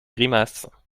grimaces